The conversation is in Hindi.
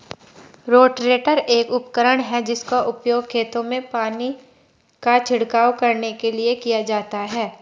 रोटेटर एक उपकरण है जिसका उपयोग खेतों में पानी का छिड़काव करने के लिए किया जाता है